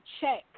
check